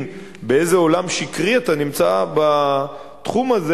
באיזה עולם שקרי אתה נמצא בתחום הזה,